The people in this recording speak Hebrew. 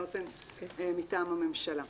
התקנות הן מטעם הממשלה.